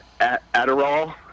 Adderall